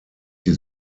die